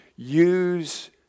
use